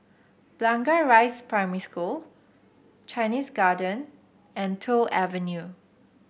Blangah Rise Primary School Chinese Garden and Toh Avenue